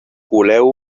coleu